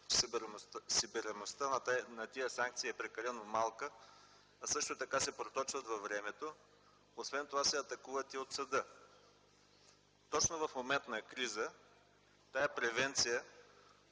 събираемостта на тези санкции е прекалено малка, а също така се проточват във времето, освен това се атакуват и от съда. Точно в момент на криза тази превенция,